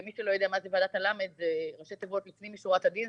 ומי שלא יודע מה זה ועדת הלמד זה ראשי תיבות לפנים משורת הדין,